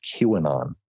QAnon